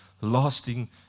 lasting